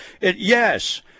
Yes